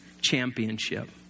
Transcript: championship